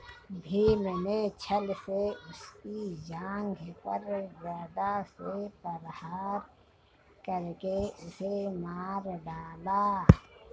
भीम ने छ्ल से उसकी जांघ पर गदा से प्रहार करके उसे मार डाला